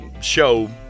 show